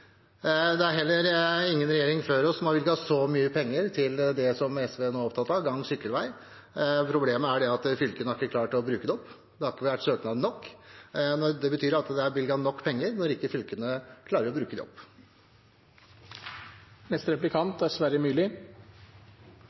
Det er heller ingen regjering før oss som har bevilget så mye penger til det som SV nå er opptatt av, gang- og sykkelveier. Problemet er at fylkene ikke har klart å bruke dem opp, det har ikke vært søknader nok. Det er bevilget nok penger når fylkene ikke klarer å bruke